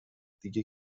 دیگه